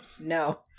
No